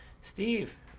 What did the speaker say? Steve